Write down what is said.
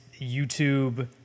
YouTube